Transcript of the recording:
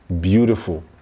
beautiful